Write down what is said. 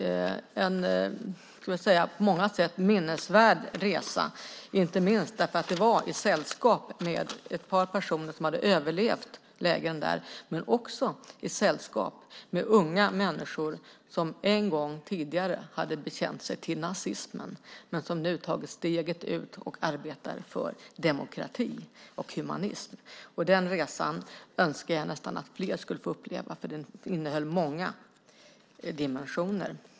Det var en på många sätt minnesvärd resa, inte minst därför att jag gjorde den i sällskap med ett par personer som hade överlevt lägren där men också i sällskap med unga människor som en gång tidigare hade bekänt sig till nazismen men som nu har tagit steget ut och arbetar för demokrati och humanism. Den resan önskar jag nästan att fler skulle få uppleva, för den innehöll många dimensioner.